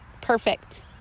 Perfect